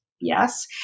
Yes